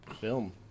film